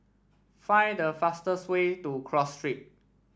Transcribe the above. find the fastest way to Cross Street